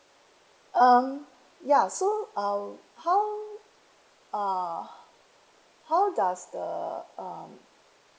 um ya so um how uh how does the um